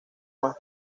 más